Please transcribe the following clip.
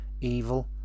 evil